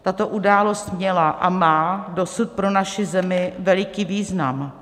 Tato událost měla a má dosud pro naši zemi veliký význam.